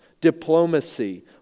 diplomacy